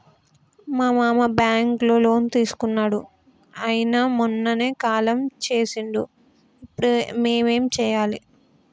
మా మామ బ్యాంక్ లో లోన్ తీసుకున్నడు అయిన మొన్ననే కాలం చేసిండు ఇప్పుడు మేం ఏం చేయాలి?